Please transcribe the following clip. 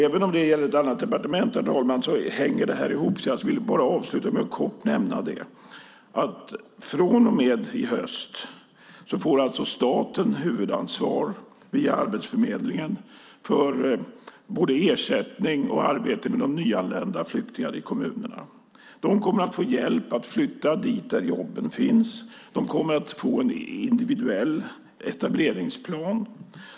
Även om det gäller ett annat departement, herr talman, hänger det här ihop, så jag vill avsluta med att kort nämna att från och med i höst har alltså staten huvudansvar via Arbetsförmedlingen för både ersättning och arbete med de nyanlända flyktingarna i kommunerna. De kommer att få hjälp att flytta dit där jobben finns. De kommer att få en individuell etableringsplan.